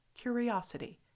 curiosity